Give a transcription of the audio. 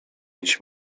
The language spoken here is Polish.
mieć